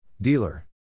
Dealer